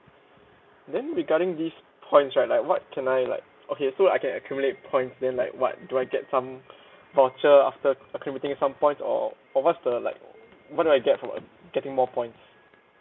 then regarding these points right like what can I like okay so I can accumulate points then like what do I get some voucher after accumulating some points or or what's the like what do I get for uh getting more points